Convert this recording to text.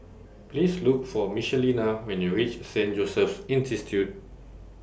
Please Look For Michelina when YOU REACH Saint Joseph's